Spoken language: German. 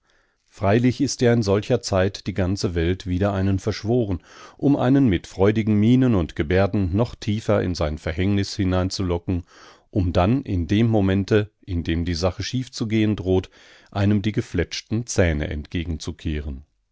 freilich ist ja in solcher zeit die ganze welt wider einen verschworen um einen mit freudigen mienen und gebärden noch tiefer in sein verhängnis hineinzulocken um dann in dem momente in dem die sache schief zu gehen droht einem die gefletschten zähne